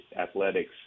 athletics